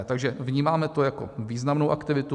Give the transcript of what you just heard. Takže to vnímáme jako významnou aktivitu.